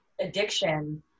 addiction